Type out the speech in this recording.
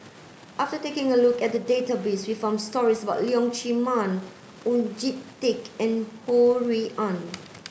after taking a look at the database we found stories about Leong Chee Mun Oon Jin Teik and Ho Rui An